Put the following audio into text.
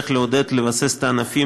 לעודד ולבסס את הענפים,